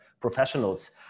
professionals